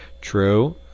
True